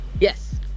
Yes